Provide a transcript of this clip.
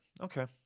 Okay